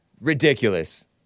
Ridiculous